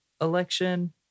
election